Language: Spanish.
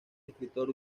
escritor